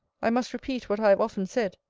i must repeat what i have often said,